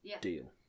deal